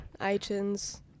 iTunes